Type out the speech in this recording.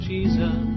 Jesus